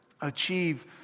achieve